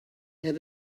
had